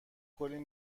کلی